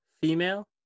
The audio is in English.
female